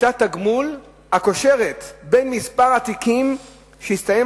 שיטת תגמול הקושרת בין מספר התיקים שהסתיים